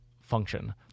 function